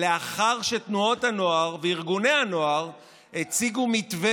לאחר שתנועות וארגוני הנוער הציגו מתווה